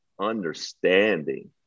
understanding